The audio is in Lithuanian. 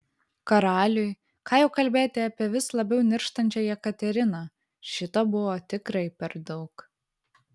karaliui ką jau kalbėti apie vis labiau nirštančią jekateriną šito buvo tikrai per daug